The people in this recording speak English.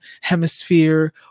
hemisphere